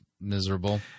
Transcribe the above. miserable